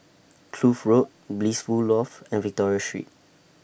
Kloof Road Blissful Loft and Victoria Street